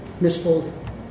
misfolded